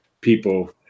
people